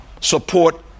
support